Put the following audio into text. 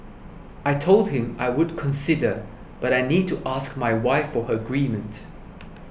I told him I would consider but I need to ask my wife for her agreement